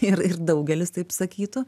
ir ir daugelis taip sakytų